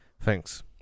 Thanks